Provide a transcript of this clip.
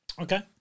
Okay